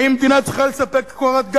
האם מדינה צריכה לספק קורת גג?